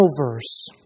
verse